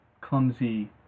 clumsy